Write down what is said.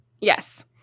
Yes